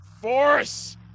force